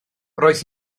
roedd